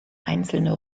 einzelne